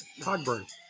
Cogburn